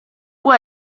può